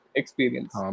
experience